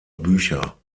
bücher